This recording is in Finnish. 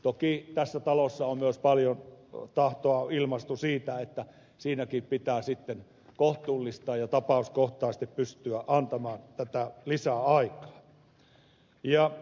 toki tässä talossa on myös paljon tahtoa ilmaistu siitä että siinäkin pitää kohtuullistaa ja tapauskohtaisesti pystyä antamaan lisäaikaa